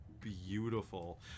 Beautiful